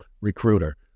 recruiter